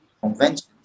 conventions